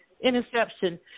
interception